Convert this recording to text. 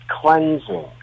cleansing